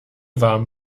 warm